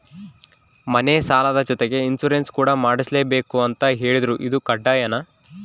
ಮನೆ ಸಾಲದ ಜೊತೆಗೆ ಇನ್ಸುರೆನ್ಸ್ ಕೂಡ ಮಾಡ್ಸಲೇಬೇಕು ಅಂತ ಹೇಳಿದ್ರು ಇದು ಕಡ್ಡಾಯನಾ?